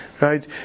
right